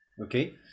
Okay